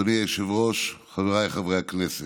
אדוני היושב-ראש, חבריי חברי הכנסת,